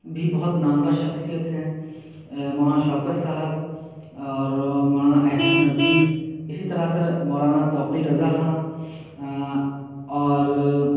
بھی بہت نامور شخصیت ہیں مولانا شوکت صاحب اور مولانا احسن ندوی اِسی طرح سے مولانا توقیر رضا خاں اور